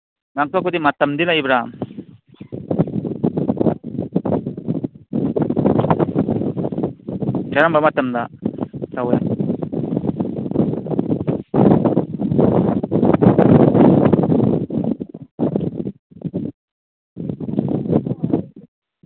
ꯄꯥꯡꯊꯣꯛꯄꯗꯤ ꯃꯇꯝꯗꯤ ꯂꯩꯕ꯭ꯔꯥ ꯀꯔꯝꯕ ꯃꯇꯝꯗ ꯇꯧꯋꯤ